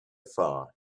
far